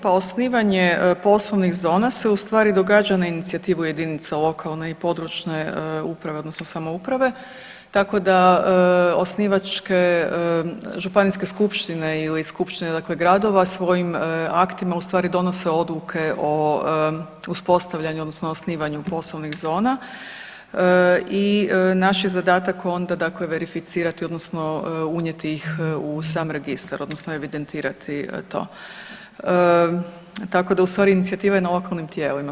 Pa osnivanje poslovnih zona se ustvari događa na inicijativu jedinice lokalne i područne upravo odnosno samouprave tako da osnivačke županijske skupštine ili skupštine gradova svojim aktima donose odluke o uspostavljanju odnosno osnivanju poslovnih zona i naš je zadatak onda verificirati odnosno unijeti ih u sam registar odnosno evidentirati to, tako da je ustvari inicijativa na lokalnim tijelima.